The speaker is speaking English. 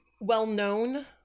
well-known